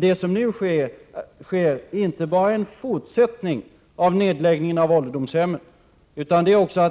Det som nu sker är inte bara en fortsättning av nedläggningen av ålderdomshemmen, utan